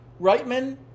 Reitman